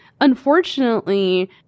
unfortunately